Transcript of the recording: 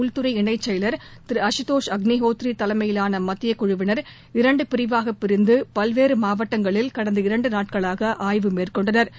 உள்துறை இணைச் செயலர் திரு அசுதோஸ் அக்னிஹோத்ரி தலைமையிலான மத்தியக் குழுவினர் இரண்டு பிரிவாக பிரிந்து பல்வேறு மாவட்டங்களில் கடந்த இரண்டு நாட்களாக ஆய்வு மேற்கொண்டனா